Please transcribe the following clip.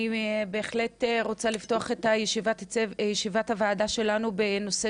אני רוצה לפתוח את ישיבת הוועדה שלנו בנושא